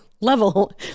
level